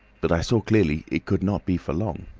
but i saw clearly it could not be for long.